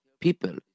people